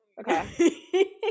okay